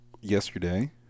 yesterday